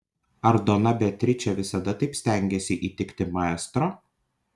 ar dona beatričė visada taip stengėsi įtikti maestro